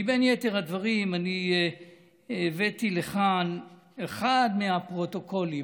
ובין יתר הדברים אני הבאתי לכאן אחד מהפרוטוקולים,